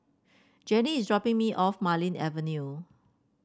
Janie is dropping me off Marlene Avenue